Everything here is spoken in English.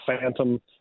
phantom